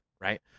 right